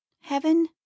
heaven